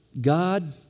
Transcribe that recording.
God